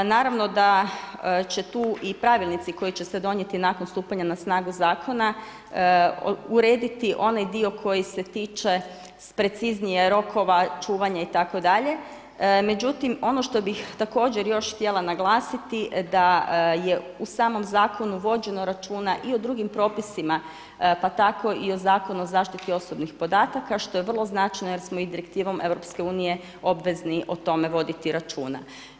Naravno će tu i pravilnici koji će se donijeti nakon stupanja na snagu zakona urediti onaj dio koji se tiče preciznije rokova, čuvanja itd., međutim ono što bih također još htjela naglasiti da je u samom zakonu vođeno računa i o drugim propisima, pa tako i o Zakonu o zaštiti osobnih podataka što je vrlo značajno jer smo i Direktivom EU obvezni o tome voditi računa.